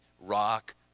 rock